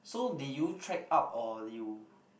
so did you trek up or you